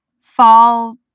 fall